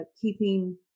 keeping